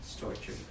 torture